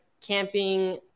camping